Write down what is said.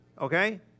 Okay